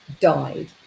died